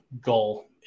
goal